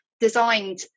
designed